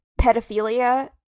pedophilia